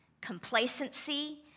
complacency